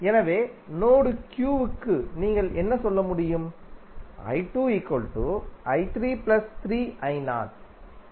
எனவே node Q க்கு நீங்கள் என்ன சொல்ல முடியும்